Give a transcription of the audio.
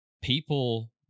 People